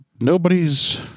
nobody's